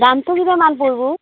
দামটো কিমান মান পৰিব